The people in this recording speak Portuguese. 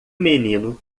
menino